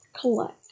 collect